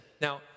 Now